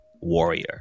warrior